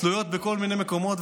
תלויות בכל מיני מקומות,